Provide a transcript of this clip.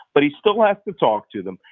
but he still has to talk to them.